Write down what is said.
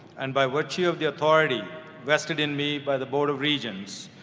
and by virtue of the authority vested in me by the board of regents,